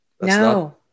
No